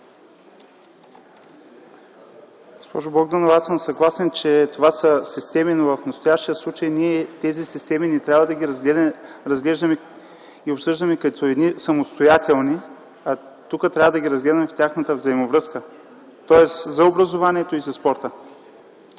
Госпожо Богданова, съгласен съм, че това са системи, но в настоящия случай ние не трябва да ги разглеждаме и обсъждаме като самостоятелни. Тук трябва да ги разглеждаме в тяхната взаимовръзка – тоест и за образованието, и за спорта.